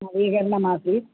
नवीकरणमासीत्